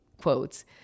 quotes